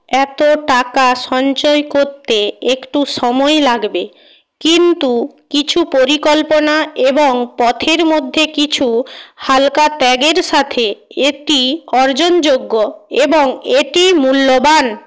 এত টাকা সঞ্চয় করতে একটু সময় লাগবে কিন্তু কিছু পরিকল্পনা এবং পথের মধ্যে কিছু হালকা ত্যাগের সাথে এটি অর্জনযোগ্য এবং এটি মূল্যবান